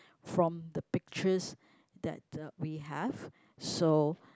from the pictures that uh we have so